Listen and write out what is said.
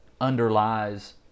underlies